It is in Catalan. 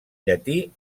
llatí